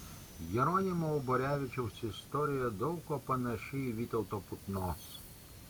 jeronimo uborevičiaus istorija daug kuo panaši į vytauto putnos